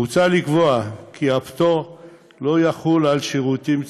מוצע לקבוע כי הפטור לא יחול על שירותים ציבוריים,